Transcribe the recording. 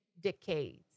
decades